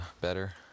better